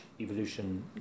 evolution